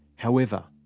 however,